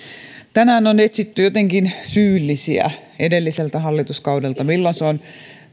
tänään on etsitty jotenkin syyllisiä edelliseltä hallituskaudelta milloin se on